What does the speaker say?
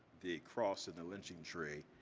the cross and the lynching tree